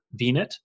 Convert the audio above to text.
VNet